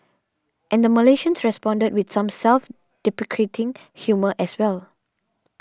and Malaysians responded with some self deprecating humour as well